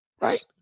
right